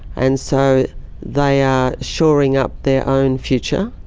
and so they are shoring up their own future